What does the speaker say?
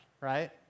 right